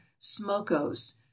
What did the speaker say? smokos